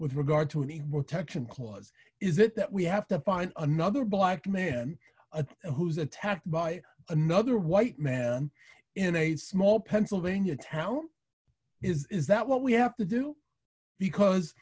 with regard to any more texan cause is it that we have to find another black man who's attacked by another white man in a small pennsylvania town is that what we have to do because